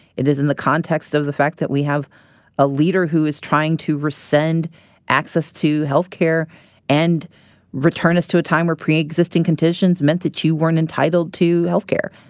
it is in the context of the fact that we have a leader who is trying to rescind access to health care and return us to a time where pre-existing conditions meant that you weren't entitled to health care.